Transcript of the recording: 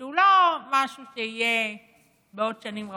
שהוא לא משהו שיהיה בעוד שנים רבות,